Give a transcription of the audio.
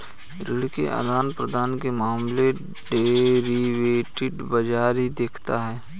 ऋण के आदान प्रदान के मामले डेरिवेटिव बाजार ही देखता है